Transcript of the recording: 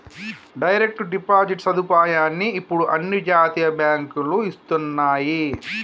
direct deposit సదుపాయాన్ని ఇప్పుడు అన్ని జాతీయ బ్యేంకులూ ఇస్తన్నయ్యి